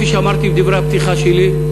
כפי שאמרתי בדברי הפתיחה שלי,